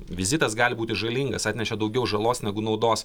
vizitas gali būti žalingas atnešė daugiau žalos negu naudos